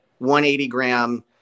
180-gram